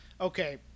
okay